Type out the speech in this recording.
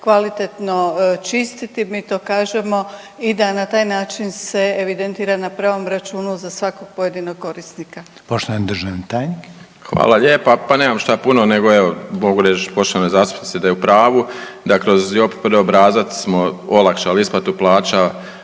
kvalitetno čistiti, mi to kažemo i da na taj način se evidentira na pravom računu za svakog pojedinog korisnika. **Reiner, Željko (HDZ)** Poštovani državni tajnik. **Jelić, Dragan** Hvala lijepa. Pa nemam šta puno nego evo mogu reći poštovanoj zastupnici da je u pravu, dakle uz JOPPD obrazac smo olakšali isplatu plaća